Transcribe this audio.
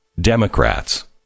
Democrats